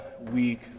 week